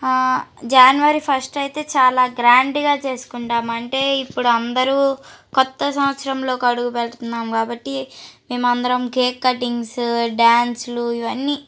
జనవరి first అయితే చాలా గ్రాండ్గా చేసుకుంటాం అంటే ఇప్పుడు అందరూ కొత్త సంవత్సరంలోకి అడుగుపెడుతున్నాం కాబట్టి మేము అందరం కేక్ కటింగ్సు డ్యాన్స్లు ఇవన్నీ